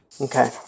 Okay